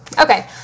Okay